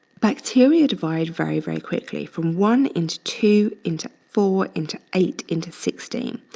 bacteria divide very, very quickly from one into two into four into eight into sixteen.